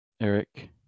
eric